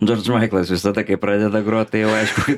džordž maiklas visada kai pradeda grot tai jau aišku